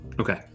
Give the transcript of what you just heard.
Okay